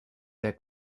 that